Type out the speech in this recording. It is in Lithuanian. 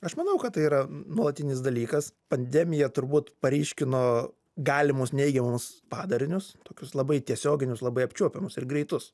aš manau kad tai yra nuolatinis dalykas pandemija turbūt paryškino galimus neigiamus padarinius tokius labai tiesioginius labai apčiuopiamus ir greitus